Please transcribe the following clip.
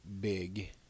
big